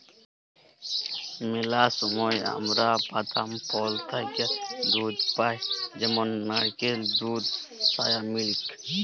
ম্যালা সময় আমরা বাদাম, ফল থ্যাইকে দুহুদ পাই যেমল লাইড়কেলের দুহুদ, সয়া মিল্ক